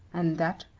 and that,